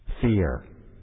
fear